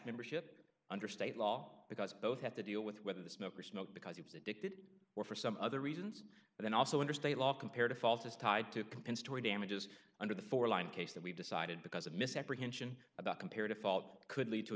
membership under state law because both have to deal with whether the smoke or smoke because he was addicted or for some other reasons and then also under state law compared to falls is tied to compensatory damages under the four line case that we decided because a misapprehension about comparative fault could lead to a